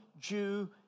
Jew